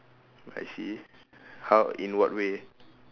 I see how in what way